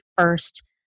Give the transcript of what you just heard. first